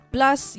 Plus